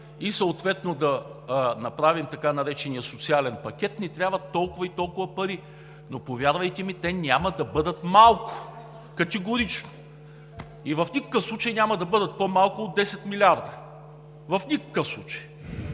и съответно да направим така наречения социален пакет, ни трябват толкова и толкова пари. Повярвайте ми, те няма да бъдат малко – категорично. И в никакъв случай няма да бъдат по-малко от 10 милиарда. В никакъв случай!